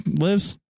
lives